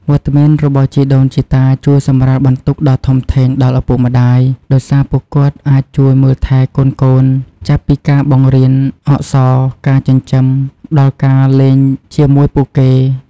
វត្តមានរបស់ជីដូនជីតាជួយសម្រាលបន្ទុកដ៏ធំធេងដល់ឪពុកម្តាយ ដោយសារពួកគាត់អាចជួយមើលថែទាំកូនៗ ចាប់ពីការបង្រៀនអក្សរ ការចិញ្ចឹម ដល់ការលេងជាមួយពួកគេ។